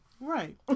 Right